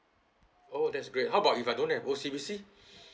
oh that's great how about if I don't have O_C_B_C